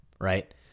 right